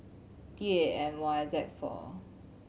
D A M Y Z four